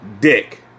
dick